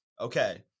Okay